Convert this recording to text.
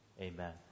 Amen